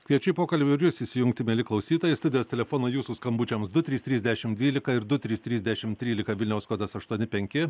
kviečiu į pokalbį ir jus įsijungti mieli klausytojai studijos telefonai jūsų skambučiams du trys trys dešimt dvylika ir du trys trys dešimt trylika vilniaus kodas aštuoni penki